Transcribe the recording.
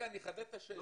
אני אחדד את השאלה.